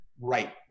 right